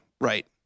right